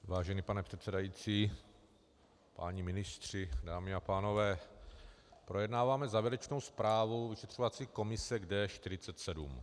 Vážený pane předsedající, páni ministři, dámy a pánové, projednáváme závěrečnou zprávu vyšetřovací komise k D47.